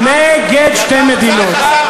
נגד שתי מדינות.